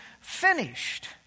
finished